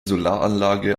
solaranlage